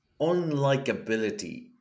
unlikability